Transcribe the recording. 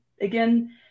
again